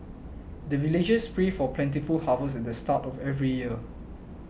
the villagers pray for plentiful harvest at the start of every year